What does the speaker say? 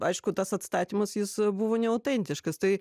aišku tas atstatymas jis buvo neautentiškas tai